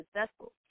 successful